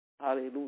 Hallelujah